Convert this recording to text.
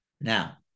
Now